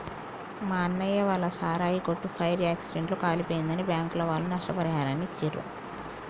మా అన్నయ్య వాళ్ళ సారాయి కొట్టు ఫైర్ యాక్సిడెంట్ లో కాలిపోయిందని బ్యాంకుల వాళ్ళు నష్టపరిహారాన్ని ఇచ్చిర్రు